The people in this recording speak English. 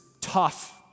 tough